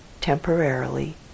temporarily